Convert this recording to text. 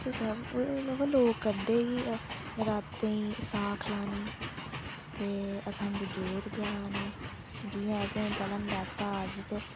ते सब अवा लोक करदे कि नरातें गी साख लानी ते अखंड जोत जलानी जियां अस पैह्ला नराता अज्ज ते